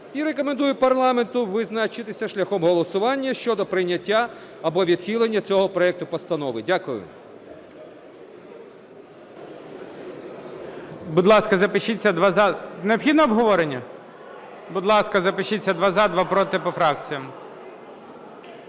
і рекомендує парламенту визначатися шляхом голосування щодо прийняття або відхилення цього проекту постанови. Дякую.